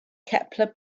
kepler